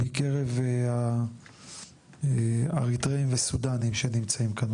מקרב האריתראים וסודנים שנמצאים כאן,